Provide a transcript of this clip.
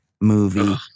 movie